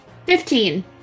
Fifteen